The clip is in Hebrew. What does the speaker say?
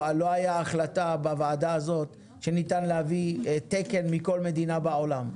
לא הייתה החלטה בוועדה הזאת שניתן להביא תקן מכל מדינה בעולם.